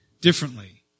differently